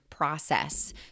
process